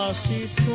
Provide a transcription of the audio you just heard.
state